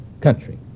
country